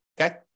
okay